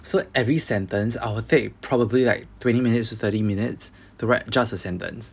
so every sentence I will take probably like twenty minutes to thirty minutes to write just a sentence